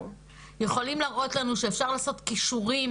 יכולים להראות לנו שאפשר לעשות קישורים